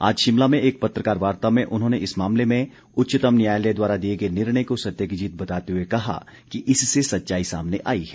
आज शिमला में एक पत्रकार वार्ता में उन्होंने इस मामले में उच्चतम न्यायालय द्वारा दिए गए निर्णय को सत्य की जीत बताते हुए कहा कि इससे सच्चाई सामने आई है